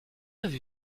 avez